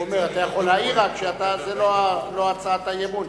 אתה רק יכול להעיר שזאת לא הצעת האי-אמון,